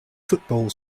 football